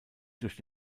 durch